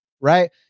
right